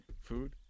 Food